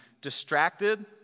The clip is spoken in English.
Distracted